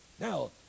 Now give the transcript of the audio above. Now